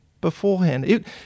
beforehand